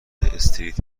استریت